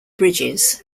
bridges